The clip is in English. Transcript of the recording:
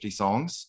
songs